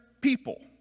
people